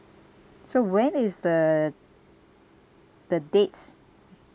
so when is the the dates